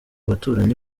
baturanyi